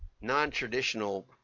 non-traditional